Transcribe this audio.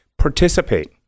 participate